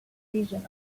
revision